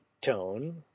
tone